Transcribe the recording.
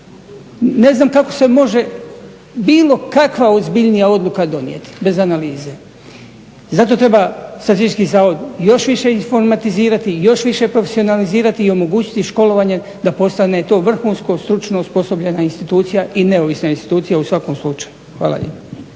ne znam kako se može bilo kakva ozbiljnija odluka donijeti, bez analize. Zato treba Statistički zavod još više informatizirati, još više profesionalizirati i omogućiti školovanje da postane to vrhunsko stručno osposobljena institucija i neovisna institucija u svakom slučaju. Hvala lijepa.